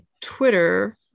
twitter